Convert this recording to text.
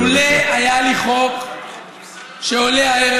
לולא היה לי חוק שעולה הערב,